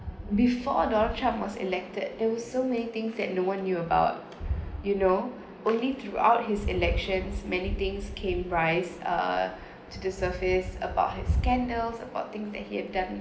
before donald trump was elected there were so many things that no one knew about you know only throughout his elections many things came rise uh to the surface about his scandals about things that he have done